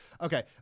Okay